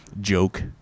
joke